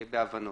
בהבנות.